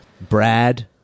Brad